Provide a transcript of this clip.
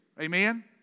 Amen